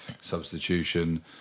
substitution